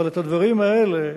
אבל הדברים האלה,